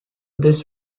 this